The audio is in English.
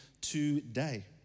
today